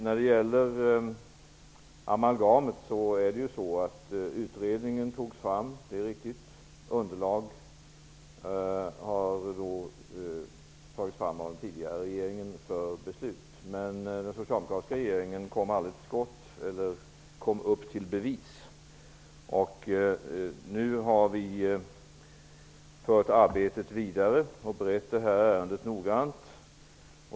När det gäller amalgamet är det riktigt att underlag för beslut har tagits fram av den utredning som tillsattes av den tidigare regeringen, men den socialdemokratiska regeringen kom aldrig upp till bevis. Nu har vi fört arbetet vidare och berett ärendet noggrant.